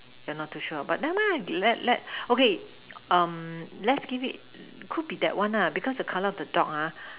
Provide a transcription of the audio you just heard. you're not too sure but never mind let let okay let's give it could be that one lah because the color of the dog